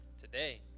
today